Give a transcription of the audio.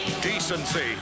decency